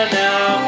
now